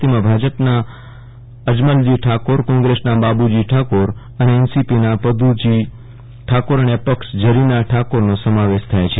તેમાં ભાજપન ા અજમલજી ઠાકોર કોંગસના બાબજી ઠાકોર અને એનસોપીના પથુજી ઠાકોર અને અપક્ષ જરીના ઠાક ોરનો સમાવેશ થાય છે